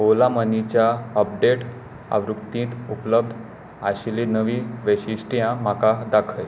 ऑला मनीच्या अपडेट आवृत्तींत उपलब्ध आशिल्लीं नवीं वैशिश्ट्यां म्हाका दाखय